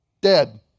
Dead